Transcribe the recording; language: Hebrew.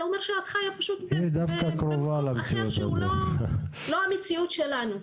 זה אומר שאת חיה פשוט במקום אחר שהוא לא המציאות שלנו.